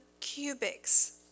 cubics